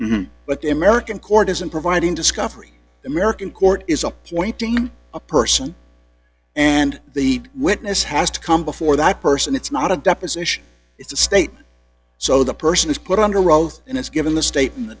party but the american court isn't providing discovery american court is appointing a person and the witness has to come before that person it's not a deposition it's a statement so the person is put under oath and is given the state and the